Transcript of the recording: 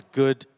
good